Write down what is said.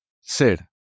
ser